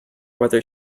whether